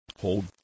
hold